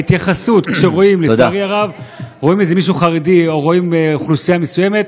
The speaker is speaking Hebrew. ההתייחסות כשרואים איזה מישהו חרדי או רואים אוכלוסייה מסוימת,